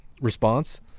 response